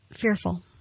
fearful